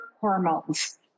hormones